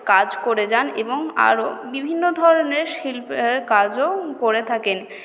কাজ করে যান এবং আরও বিভিন্ন ধরণের শিল্পের কাজও করে থাকেন